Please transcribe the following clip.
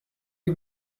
you